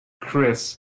Chris